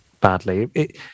Badly